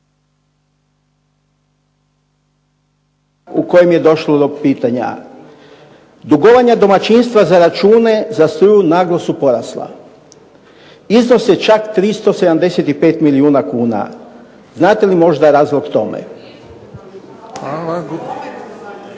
u kojem je došlo do pitanja, dugovanja domaćinstva za račune za struju naglo su porasla, iznos je čak 375 milijuna kuna. Znate li možda razlog tome?